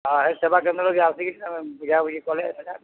ହଁ ହେ ସେବା କେନ୍ଦ୍ର କେ ଆସିକିରି ବୁଝାବୁଝି କଲେ ସେଟା ହେଇଯିବା